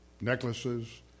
necklaces